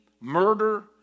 murder